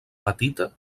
petita